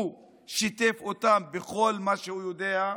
הוא שיתף אותם בכל מה שהוא יודע,